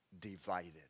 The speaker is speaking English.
divided